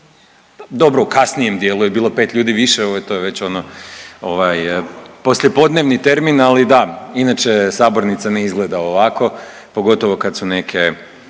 Dobro, u kasnijem dijelu je bilo 5 ljudi više, to je već ono, ovaj, poslijepodnevni termin, ali da, inače sabornica ne izgleda ovako, pogotovo kad su neke